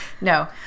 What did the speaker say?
No